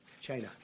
China